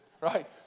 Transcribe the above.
right